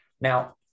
Now